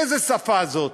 איזו שפה זו?